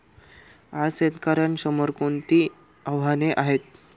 आज शेतकऱ्यांसमोर कोणती आव्हाने आहेत?